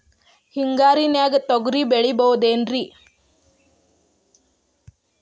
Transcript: ಹಿಂಗಾರಿನ್ಯಾಗ ತೊಗ್ರಿ ಬೆಳಿಬೊದೇನ್ರೇ?